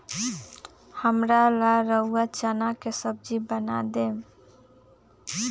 हमरा ला रउरा चना के सब्जि बना देम